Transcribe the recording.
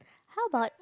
how about